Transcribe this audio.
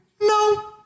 no